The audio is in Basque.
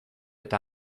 eta